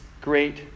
great